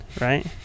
right